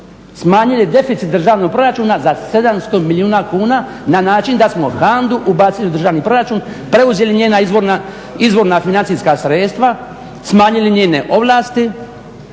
smanjili deficit državnog proračuna za 700 milijuna kuna na način da smo HANDA-u ubacili u državni proračun, preuzeli njena izvorna financijska sredstva, smanjili njene ovlasti,